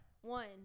One